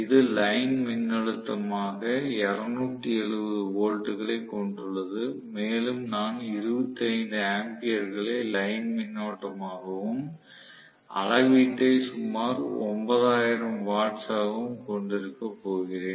இது லைன் மின்னழுத்தமாக 270 வோல்ட்டுகளைக் கொண்டுள்ளது மேலும் நான் 25 ஆம்பியர்களை லைன் மின்னோட்டமாகவும் அளவீட்டை சுமார் 9000 வாட்ஸாகவும் கொண்டிருக்கப் போகிறேன்